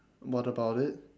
what about it